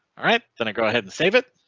alright then i go ahead and save it.